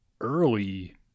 early